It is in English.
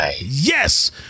yes